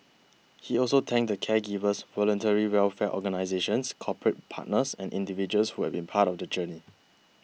he also thanked the caregivers voluntary welfare organisations corporate partners and individuals who have been part of the journey